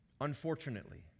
Unfortunately